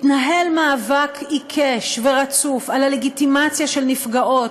מתנהל מאבק עיקש ורצוף על הלגיטימציה של נפגעות